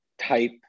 type